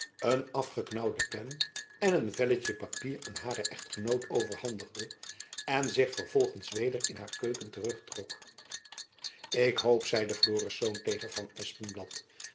een afgeknaauwde pen en een velletjen papier aan haren echtgenoot overhandigde en zich vervolgends weder in haar keuken terugtrok ik hoop zeide florisz tegen van